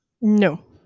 no